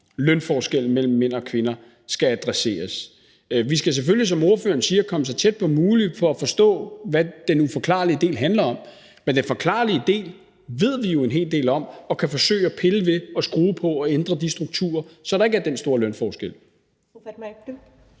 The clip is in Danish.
lønforskel mellem mænd og kvinder skal adresseres. Vi skal selvfølgelig, som ordføreren siger, komme så tæt på som muligt for at forstå, hvad den uforklarlige del handler om. Men den forklarlige del ved vi jo en hel del om og kan forsøge at pille ved og skrue på, og vi kan forsøge at ændre de strukturer, så der ikke er den store lønforskel.